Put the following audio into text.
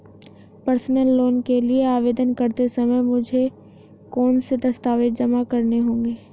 Personal loan के लिए आवेदन करते समय मुझे कौन से दस्तावेज़ जमा करने होंगे?